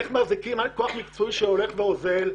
איך מתחזקים כוח מקצועי שהולך ואוזל,